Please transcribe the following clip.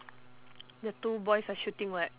the two boys are shooting what